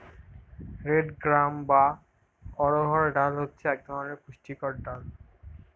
red gram বা অড়হর ডাল হচ্ছে এক ধরনের পুষ্টিকর ডাল